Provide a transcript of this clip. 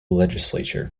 legislature